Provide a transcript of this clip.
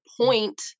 point